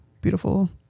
beautiful